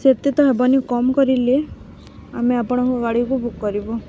ସେତେ ତ ହେବନି କମ୍ କରିଲେ ଆମେ ଆପଣଙ୍କ ଗାଡ଼ିକୁ ବୁକ୍ କରିବୁ